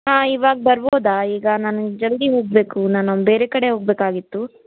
ಹಾಂ ಇವಾಗ ಬರ್ಬೋದಾ ಈಗ ನಾನು ಜಲ್ದಿ ಹೋಗಬೇಕು ನಾನು ಬೇರೆ ಕಡೆ ಹೋಗಬೇಕಾಗಿತ್ತು